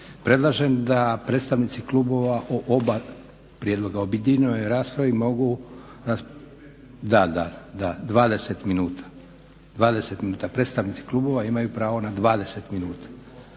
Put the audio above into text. Predlažem da predstavnici klubova o oba prijedloga u objedinjenoj raspravi mogu… … /Upadica se ne razumije./… Da, 20 minuta. Predstavnici klubova imaju pravo na 20 minuta,